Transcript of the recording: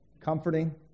comforting